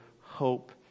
hope